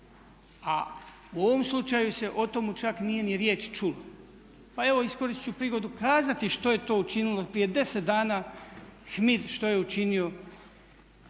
a u ovom slučaju se o tome čak nije ni riječi čulo. Pa evo iskoristiti ću prigodu kazati što je to učinio prije 10 dana HMID koji upravlja